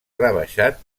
rebaixat